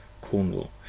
Cornwall